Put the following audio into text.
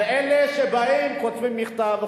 על אלה שבאים וכותבים מכתב,